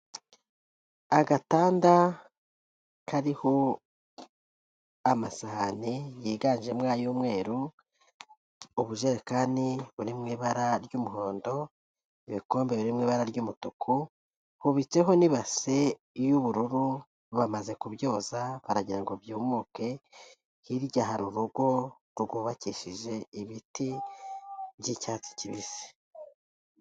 Agatanda kariho amasahani yiganjemo ay'umweru, ubujerekani buri mu ibara ry'umuhondo, ibikombe biri mu ibara ry'umutuku, hubitseho n'ibase y'ubururu, bamaze kubyoza baragira ngo byumuke, hirya hari urugo rwubakishije ibiti by'icyatsi kibisi.